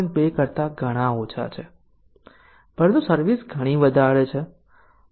2 કરતા ઘણા ઓછા છે પરંતુ સર્વિસ ઘણી વધારે છે